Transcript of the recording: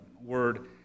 word